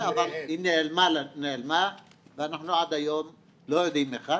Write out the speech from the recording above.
אבל היא נעלמה ואנחנו עד היום לא יודעים היכן.